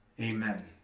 Amen